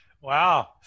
Wow